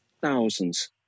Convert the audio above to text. thousands